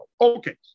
Okay